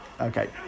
okay